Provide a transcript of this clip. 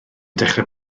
dechrau